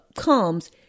comes